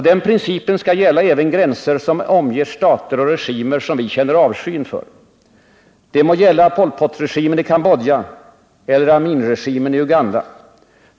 Den principen skall gälla även gränser som omger stater och regimer som vi känner avsky inför. Det må gälla Pol Pot-regimen i Cambodja eller Aminregimen i Uganda.